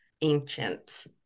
ancient